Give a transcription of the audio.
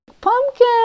pumpkin